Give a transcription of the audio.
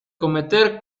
cometer